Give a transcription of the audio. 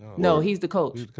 no, he's the coach.